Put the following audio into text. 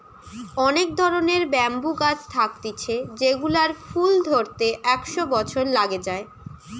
অনেক ধরণের ব্যাম্বু গাছ থাকতিছে যেগুলার ফুল ধরতে একশ বছর লাগে যায়